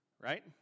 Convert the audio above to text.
right